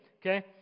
okay